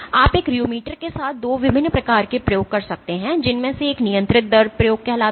आप एक रियोमीटर के साथ 2 विभिन्न प्रकार के प्रयोग कर सकते हैं जिनमें से एक नियंत्रित दर प्रयोग कहलाता है